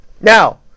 Now